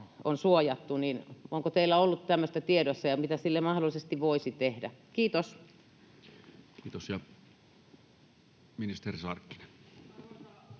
olla suojattu. Onko teillä ollut tämmöistä tiedossa ja mitä sille mahdollisesti voisi tehdä? — Kiitos. [Speech